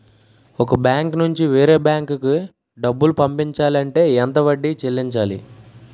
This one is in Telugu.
ఒక బ్యాంక్ నుంచి వేరే బ్యాంక్ కి డబ్బులు పంపించాలి అంటే ఎంత వడ్డీ చెల్లించాలి?